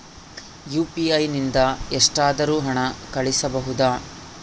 UPI ನಿಂದ ಎಷ್ಟಾದರೂ ಹಣ ಕಳಿಸಬಹುದಾ?